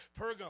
Pergam